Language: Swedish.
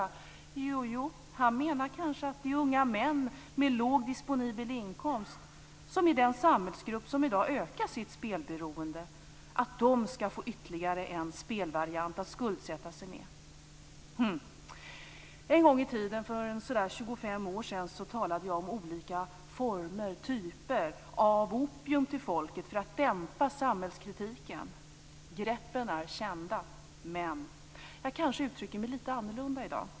Jo, jo - han menar kanske att unga män med låg disponibel inkomst, som är den samhällsgrupp som i dag ökar sitt spelberoende, skall få ytterligare en spelvariant att skuldsätta sig för. En gång i tiden, för så där 25 år sedan, talade jag om olika typer av opium till folket för att dämpa samhällskritiken. Greppen är kända, men jag kanske uttrycker mig lite annorlunda i dag.